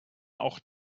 auch